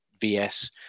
VS